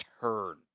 turn